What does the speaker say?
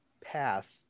path